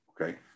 Okay